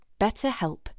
BetterHelp